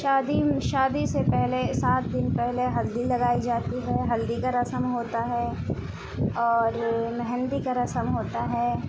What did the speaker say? شادی شادی سے پہلے سات دن پہلے ہلدی لگائی جاتی ہے ہلدی کا رسم ہوتا ہے اور مہندی کا رسم ہوتا ہے